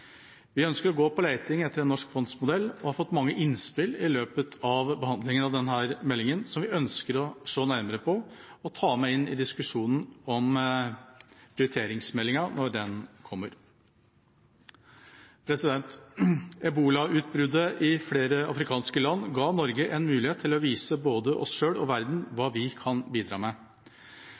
Vi ønsker å gå på leting etter en norsk fondsmodell og har fått mange innspill i løpet av behandlingen av denne meldingen, som vi ønsker å se nærmere på og ta med inn i diskusjonen om prioriteringsmeldingen når den kommer. Ebolautbruddet i flere afrikanske land ga Norge en mulighet til å vise både oss selv og verden hva vi kan bidra med.